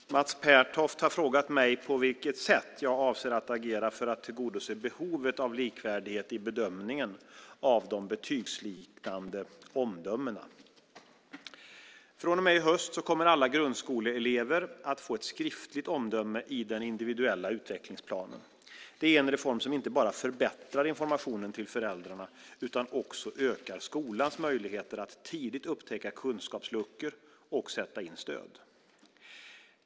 Herr talman! Mats Pertoft har frågat mig på vilket sätt jag avser att agera för att tillgodose behovet av likvärdighet i bedömningen av de betygsliknande omdömena. Från och med i höst kommer alla grundskoleelever att få ett skriftligt omdöme i den individuella utvecklingsplanen. Det är en reform som inte bara förbättrar informationen till föräldrarna, utan också ökar skolans möjligheter att tidigt upptäcka kunskapsluckor och sätta in stöd.